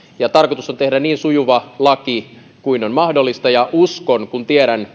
tarkoitus on tehdä niin sujuva laki kuin on mahdollista ja uskon kun tiedän sekä